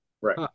Right